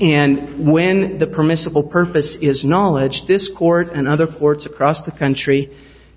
and when the permissible purpose is knowledge this court and other courts across the country